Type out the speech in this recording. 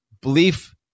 belief